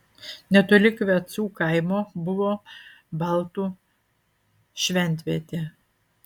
netoli kvecų kaimo buvo baltų šventvietė